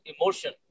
emotion